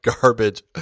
garbage